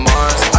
Mars